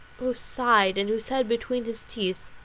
who sighed, and who said between his teeth